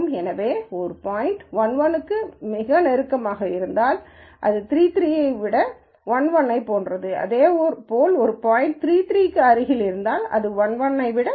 எனவே ஒரு பாய்ன்ட் 1 1 க்கு நெருக்கமாக இருந்தால் அது 3 3 விட 1 1 போன்றது அதேபோல் ஒரு பாய்ன்ட் 3 3 க்கு அருகில் இருந்தால் அது 1 1 ஐ விட 3 3 போன்றது